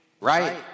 right